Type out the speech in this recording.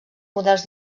models